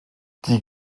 die